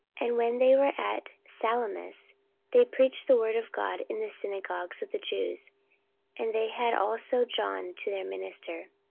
and when they were at salamis they preached the word of god in the synagogues of the jews and they had also john to their minister.